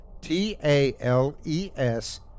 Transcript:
T-A-L-E-S